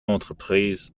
entreprise